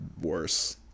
worse